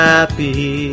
Happy